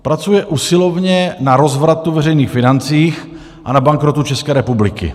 Pracuje usilovně na rozvratu veřejných financí a na bankrotu České republiky.